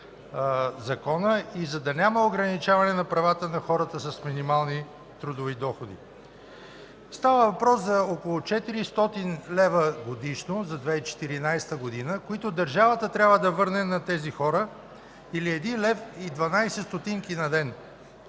за да няма ограничаване на правата на хората с минимални трудови доходи. Става въпрос за около 400 лв. годишно за 2014 г., които държавата трябва да върне на тези хора, или 1,12 лв. на ден.